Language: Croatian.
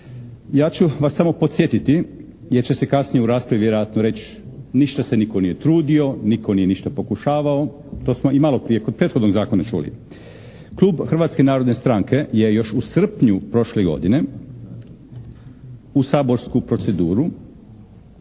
ja ću vas samo podsjetiti jer će se kasnije u raspravi vjerojatno reći ništa se nitko nije trudio. Nitko nije ništa pokušavao. To smo i malo prije kod prethodnog zakona čuli. Klub Hrvatske narodne stranke je još u srpnju prošle godine u saborsku proceduru